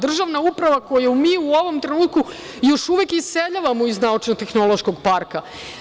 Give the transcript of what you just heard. Državna uprava koju mi u ovom trenutku još uvek iseljavamo iz Naučno-tehnološkog parka.